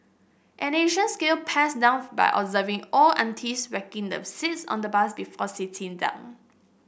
an ancient skill passed down by observing old aunties whacking the seats on the bus before sitting down